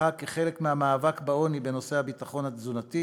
כחלק מהמאבק בעוני, בנושא הביטחון התזונתי